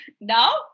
Now